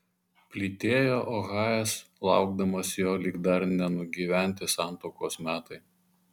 plytėjo ohajas laukdamas jo lyg dar nenugyventi santuokos metai